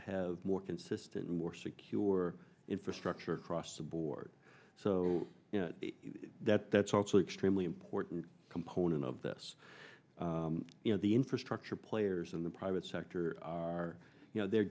have more consistent more secure infrastructure across the board so that that's also extremely important component of this you know the infrastructure players in the private sector are you know they're